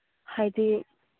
ꯍꯥꯏꯗꯤ